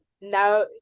now